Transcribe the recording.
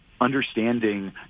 understanding